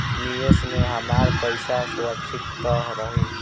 निवेश में हमार पईसा सुरक्षित त रही?